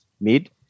mid